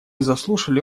заслушали